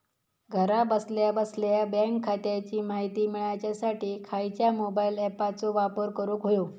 घरा बसल्या बसल्या बँक खात्याची माहिती मिळाच्यासाठी खायच्या मोबाईल ॲपाचो वापर करूक होयो?